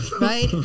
Right